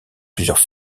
plusieurs